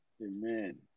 Amen